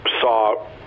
saw